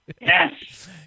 Yes